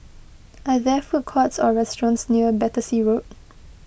are there food courts or restaurants near Battersea Road